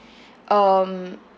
um